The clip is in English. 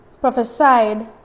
prophesied